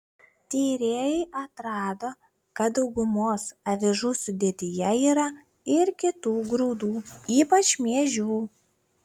tyrėjai atrado kad daugumos avižų sudėtyje yra ir kitų grūdų ypač miežių